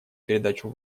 передачу